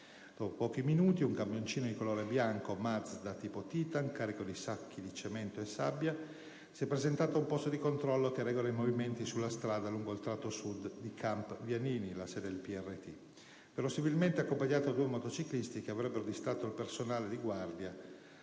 Dopo pochi minuti, un camioncino di colore bianco Mazda, tipo Titan, carico di sacchi di cemento e sabbia, si è presentato ad un posto di controllo che regola i movimenti sulla strada lungo il lato Sud di Camp Vianini, sede del PRT, verosimilmente accompagnato da due motociclisti che avrebbero distratto il personale di guardia